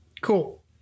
Cool